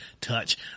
touch